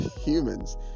humans